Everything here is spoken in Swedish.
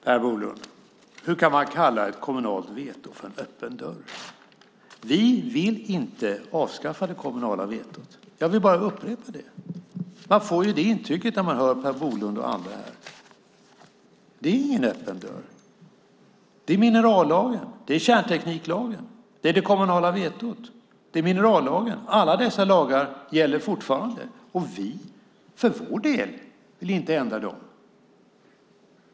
Fru talman! Hur kan man kalla ett kommunalt veto för en öppen dörr, Per Bolund? Vi vill inte avskaffa det kommunala vetot. Jag vill upprepa det. När man lyssnar på Per Bolund och andra får man intrycket att vi vill det. Det finns ingen öppen dörr. Vi har minerallagen, kärntekniklagen, det kommunala vetot. Alla dessa lagar gäller fortfarande. Vi för vår del vill inte ändra dem.